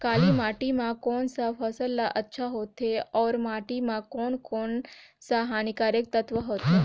काली माटी मां कोन सा फसल ह अच्छा होथे अउर माटी म कोन कोन स हानिकारक तत्व होथे?